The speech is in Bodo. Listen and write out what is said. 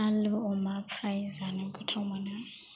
आलु अमा फ्राय जानो गोथाव मोनो